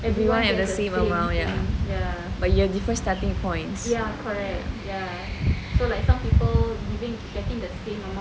everyone has the same amount ya but you are different starting points